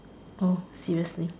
oh seriously